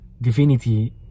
divinity